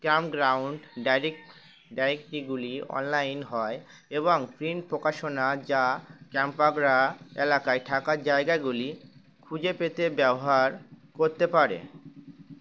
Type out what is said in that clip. camp ground direct direct গুলি online হয় এবং প্রিন্ট প্রকাশনা যা ক্যাম্প গড়া এলাকায় থাকার জায়গাগুলি খুঁজে পেতে ব্যবহার করতেে পারে